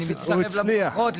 אני מצטרף לברכות.